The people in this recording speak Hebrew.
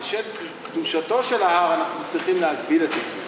בשל קדושתו של ההר אנחנו צריכים להגביל את עצמנו.